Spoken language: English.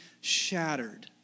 shattered